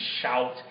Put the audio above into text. shout